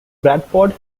bradford